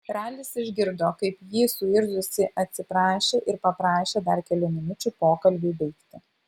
ralis išgirdo kaip ji suirzusi atsiprašė ir paprašė dar kelių minučių pokalbiui baigti